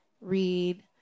read